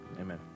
amen